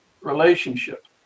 relationship